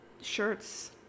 shirts